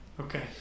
Okay